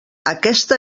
aquesta